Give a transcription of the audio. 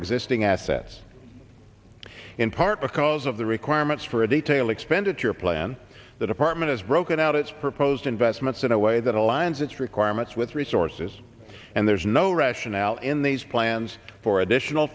existing assets in part because of the requirements for a detail expenditure plan the department has broken out its proposed investments in a way that aligns its requirements with resources and there's no rationale in these plans for additional